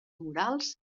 morals